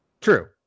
true